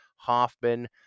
Hoffman